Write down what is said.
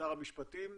לשר המשפטים,